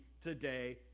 today